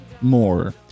More